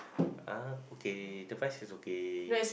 uh okay the fries is okay